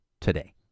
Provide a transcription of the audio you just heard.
today